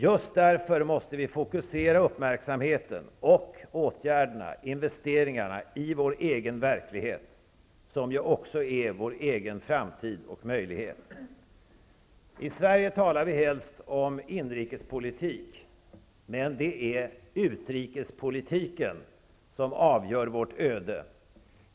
Just därför måste vi fokusera uppmärksamheten, åtgärderna, och investeringarna i vår egen verklighet, som ju också är vår egen framtid och möjlighet. I Sverige talar vi helst om inrikespolitik. Men det är utrikespolitiken som avgör vårt öde.